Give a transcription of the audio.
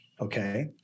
Okay